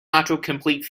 autocomplete